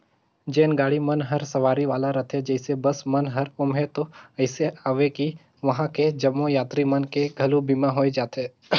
जेन गाड़ी मन हर सवारी वाला रथे जइसे बस मन हर ओम्हें तो अइसे अवे कि वंहा के जम्मो यातरी मन के घलो बीमा होय जाथे